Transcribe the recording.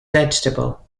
vegetable